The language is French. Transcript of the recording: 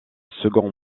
second